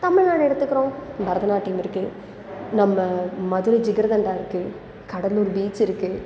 தமிழ்நாடு எடுத்துக்கிறோம் பரதநாட்டியம் இருக்குது நம்ம மதுரை ஜிகர்தண்டா இருக்குது கடலூர் பீச் இருக்குது